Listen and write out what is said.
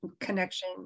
connection